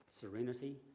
serenity